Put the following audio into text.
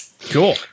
Cool